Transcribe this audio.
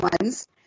ones